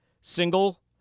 single